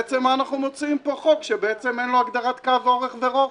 בעצם מה אנחנו מוציאים פה חוק שאין לו הגדרת קו אורך ורוחב.